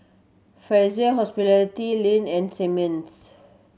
Fraser Hospitality Lindt and Simmons